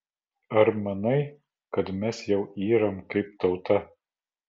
ar manai kad mes jau yram kaip tauta